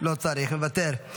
לא צריך, מוותר.